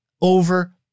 over